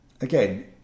again